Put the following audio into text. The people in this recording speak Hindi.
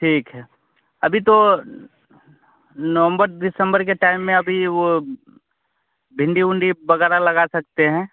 ठीक है अभी तो नवम्बर दिसम्बर के टाइम में अभी वह भिंडी उंडी बगारा लगा सकते हैं